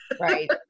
right